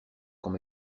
quand